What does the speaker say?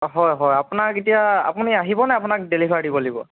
হয় হয় আপোনাক এতিয়া আপুনি আহিব নে আপোনাক ডেলিভাৰ দিব লাগিব